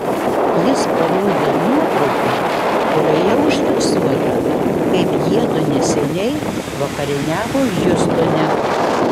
jis parodė nuotrauką kurioje užfiksuota kaip jiedu neseniai vakarieniavo hjustone